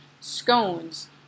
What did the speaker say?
scones